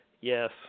Yes